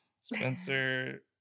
Spencer